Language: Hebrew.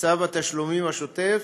צו התשלומים השוטף